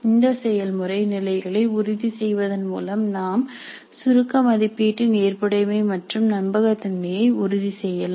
இந்த செயல்முறை நிலைகளை உறுதி செய்வதன் மூலம் நாம் சுருக்க மதிப்பீட்டின் ஏற்புடைமை மற்றும் நம்பகத்தன்மையை உறுதி செய்யலாம்